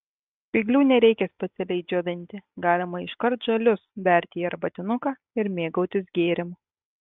spyglių nereikia specialiai džiovinti galima iškart žalius berti į arbatinuką ir mėgautis gėrimu